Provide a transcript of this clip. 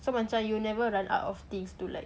so macam you'll never run out of things to like